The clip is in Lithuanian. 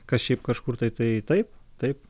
kas šiaip kažkur tai taip taip